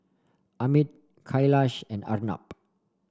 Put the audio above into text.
Amit Kailash and Arnab